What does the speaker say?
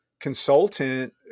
consultant